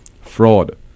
fraud